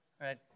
right